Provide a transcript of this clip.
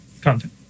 content